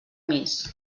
més